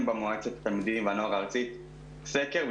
במועצת התלמידים והנוער הארצית סקר,